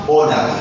order